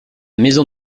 maison